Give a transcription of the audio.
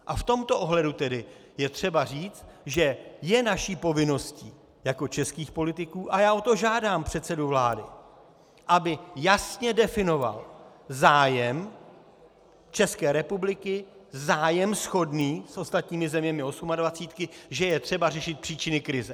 V tomto ohledu tedy je třeba říct, že je naší povinností jako českých politiků, a já o to žádám předsedu vlády, aby jasně definoval zájem České republiky, zájem shodný s ostatními zeměmi osmadvacítky, že je třeba řešit příčiny krize.